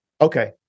Okay